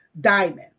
DIAMOND